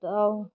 दाउ